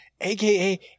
aka